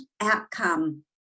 outcome